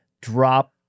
drop